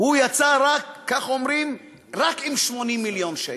הוא יצא רק, כך אומרים, רק עם 80 מיליון שקל.